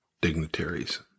dignitaries